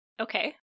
Okay